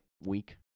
week